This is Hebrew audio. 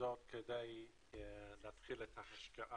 המוסדות כדי להתחיל את ההשקעה.